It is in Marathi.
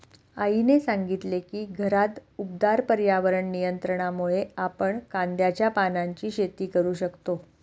आईने सांगितले की घरात उबदार पर्यावरण नियंत्रणामुळे आपण कांद्याच्या पानांची शेती करू शकतो